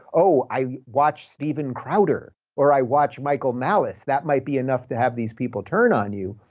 oh, i watch steven crowder or i watch michael malice, that might be enough to have these people turn on you.